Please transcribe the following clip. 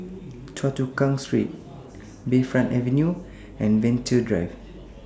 Choa Chu Kang Street Bayfront Avenue and Venture Drive